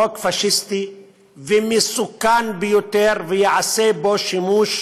חוק פאשיסטי ומסוכן ביותר, וייעשה בו שימוש